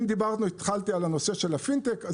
אם התחלתי לדבר על הנושא של הפינטק אז